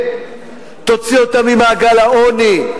תוציא אותם ממעגל העוני,